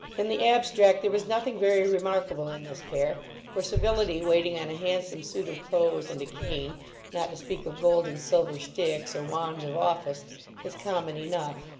in the abstract there was nothing very remarkable in this pair, for servility waiting on a handsome suit of clothes and a cane not to speak of gold and silver sticks, or wands of office is common enough.